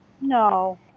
No